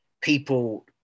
people